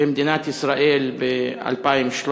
במדינת ישראל ב-2013,